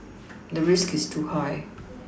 the risk is too high